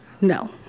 No